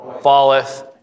Falleth